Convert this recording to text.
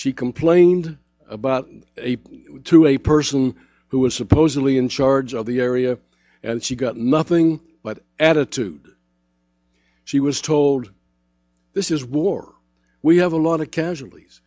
she complained about to a person who was supposedly in charge of the area and she got nothing but attitude she was told this is war we have a lot of casualties